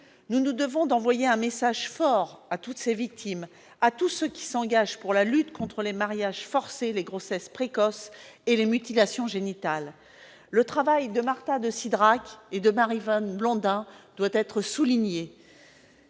Nous nous devons d'envoyer un message fort à toutes ces victimes et à tous ceux qui s'engagent pour la lutte contre les mariages forcés, les grossesses précoces et les mutilations génitales. Le travail de Marta de Cidrac et de Maryvonne Blondin doit être souligné.